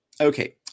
Okay